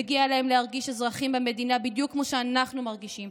מגיע להם להרגיש אזרחים במדינה בדיוק כמו שאנחנו מרגישים.